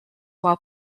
while